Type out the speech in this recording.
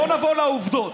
בוא נעבור לעובדות.